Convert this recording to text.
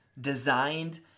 designed